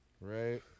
Right